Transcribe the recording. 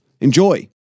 Enjoy